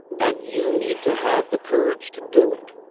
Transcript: and you need to have the courage to do it.